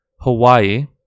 Hawaii